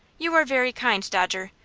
you are very kind, dodger.